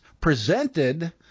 presented